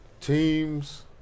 teams